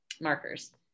markers